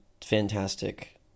fantastic